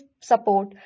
support